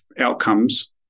outcomes